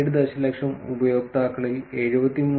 7 ദശലക്ഷം ഉപയോക്താക്കളിൽ 73